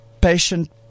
patient